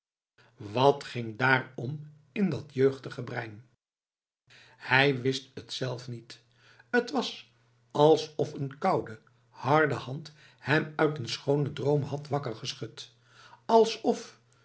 wat ging daar om in dat jeugdige brein hij wist het zelf niet t was alsof een koude harde hand hem uit een schoonen droom had wakker geschud alsof